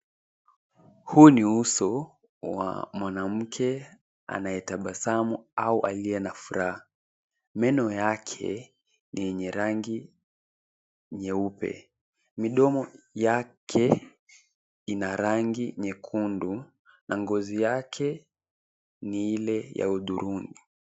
Huu ni uso wa mwanamke anayetabasamu au aliye na furaha. Meno yake ni yenye rangi nyeupe. Midomo yake ina rangi nyekundu na ngozi yake ni ile ya hudhurungi.